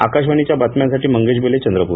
आकाशवाणी बातम्यांसाठीमंगेश बेले चंद्रपूर